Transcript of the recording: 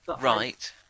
Right